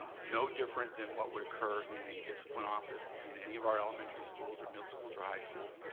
no different than what would occur in a discipline office in any of our elementary schools or middle schools or high schools,